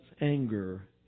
anger